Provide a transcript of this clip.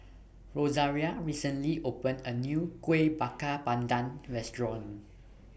Rosaria recently opened A New Kueh Bakar Pandan Restaurant